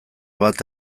bat